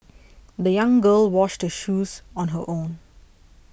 the young girl washed her shoes on her own